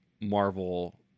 Marvel